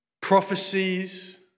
Prophecies